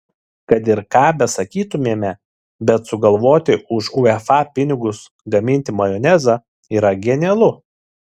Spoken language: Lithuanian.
kad ir ką ir besakytumėme bet sugalvoti už uefa pinigus gaminti majonezą yra genialu